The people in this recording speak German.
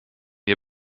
ihr